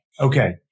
Okay